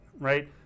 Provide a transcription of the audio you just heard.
right